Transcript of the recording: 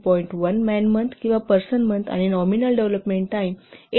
1 man month किंवा person month आणि nominal development time 8